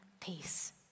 peace